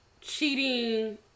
cheating